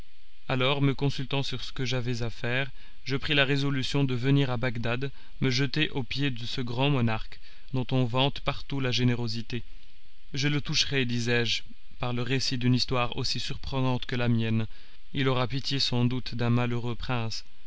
alors me consultant sur ce que j'avais à faire je pris la résolution de venir à bagdad me jeter aux pieds de ce grand monarque dont on vante partout la générosité je le toucherai disais-je par le récit d'une histoire aussi surprenante que la mienne il aura pitié sans doute d'un malheureux prince